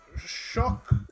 Shock